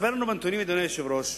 אדוני היושב-ראש,